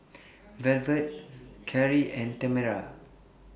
Velvet Carri and Tamera